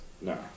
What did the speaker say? No